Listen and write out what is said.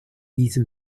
diesem